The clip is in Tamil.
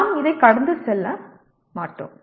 நாம் இதை கடந்து செல்ல மாட்டோம்